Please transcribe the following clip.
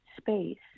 space